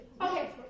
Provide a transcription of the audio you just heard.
Okay